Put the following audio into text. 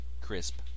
crisp